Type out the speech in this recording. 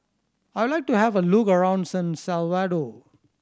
I would like to have a look around San Salvador